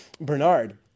Bernard